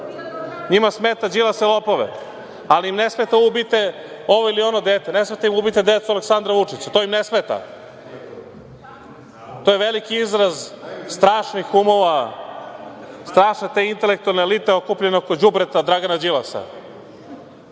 Njima smeta „Đilase, lopove“, ali im ne smeta ubite ovo ili ono dete. Ne smeta im – ubite decu Aleksandra Vučića. To im ne smeta? To je veliki izraz strašnih umova, strašne te intelektualne elite okupljene oko đubreta Dragana Đilasa. Neko